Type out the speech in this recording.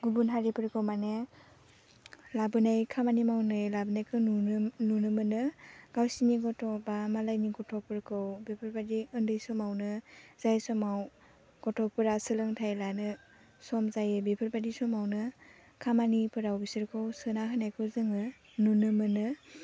गुबुन हारिफोरखौ माने लाबोनाय खामानि मावनाय लाबोनायखौ नुनो नुनो मोनो गावसोरनि गथ'बा मालायनि गथ'फोरखौ बेफोरबायदि उन्दै समावनो जाय समाव गथ'फोरा सोलोंथाय लानो सम जायो बेफोरबायदि समावनो खामानिफोराव बिसोरखौ सोना होनायखौ जोङो नुनो मोनो